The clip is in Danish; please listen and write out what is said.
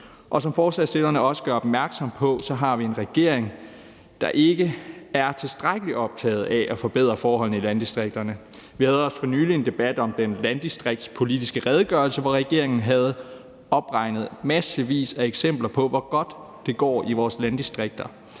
og som forslagsstillerne også gør opmærksom på, har vi en regering, der ikke er tilstrækkelig optaget af at forbedre forholdene i landdistrikterne. Vi havde for nylig også en debat om den landdistriktspolitiske redegørelse, hvor regeringen havde opregnet massevis af eksempler på, hvor godt det går i vores landdistrikter,